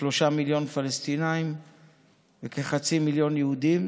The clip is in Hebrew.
כ-3 מיליון פלסטינים וכחצי מיליון יהודים,